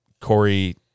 Corey